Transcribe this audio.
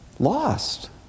lost